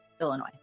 Illinois